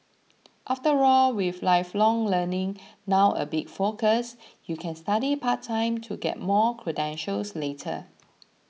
after all with lifelong learning now a big focus you can study part time to get more credentials later